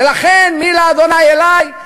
ולכן מי לה' אלי,